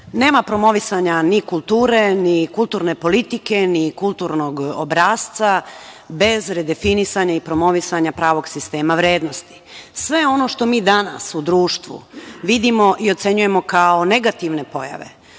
promovisanja ni kulture, ni kulturne politike, ni kulturnog obrasca bez redefinisanja i promovisanja pravog sistema vrednosti. Sve ono što mi danas u društvu vidimo i ocenjujemo kao negativne pojave,